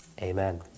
Amen